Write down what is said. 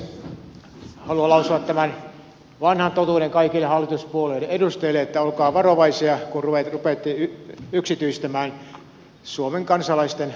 haluan lausua tämän vanhan totuuden kaikille hallituspuolueiden edustajille että olkaa varovaisia kun rupeatte yksityistämään suomen kansalaisten omistamaa omaisuutta